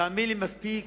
תאמין לי שמספיק